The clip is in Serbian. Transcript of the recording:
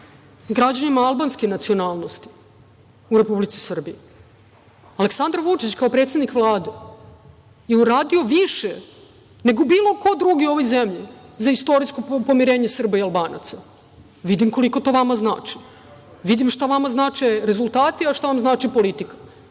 građanima albanske nacionalnosti u Republici Srbiji. Aleksandar Vučić kao predsednik Vlade je uradio više nego bilo ko drugi u ovoj zemlji za istorijsko pomirenje Srba i Albanaca. Vidim koliko to vama znači. Vidim šta vama znače rezultati, a šta vam znači politika.